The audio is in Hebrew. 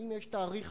האם יש תאריך